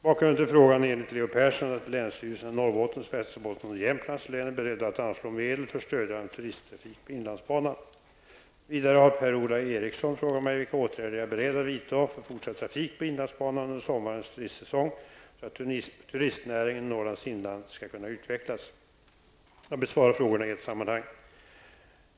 Bakgrunden till frågan är enligt Leo Persson att länsstyrelserna i Norrbottens, Västerbottens och Vidare har Per-Ola Eriksson frågat mig vilka åtgärder jag är beredd att vidta för fortsatt trafik på inlandsbanan under sommarens turistsäsong, så att turistnäringen i Norrlands inland skall kunna utvecklas. Jag besvarar frågorna i ett sammanhang.